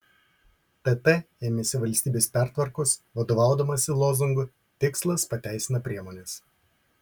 tt ėmėsi valstybės pertvarkos vadovaudamasi lozungu tikslas pateisina priemones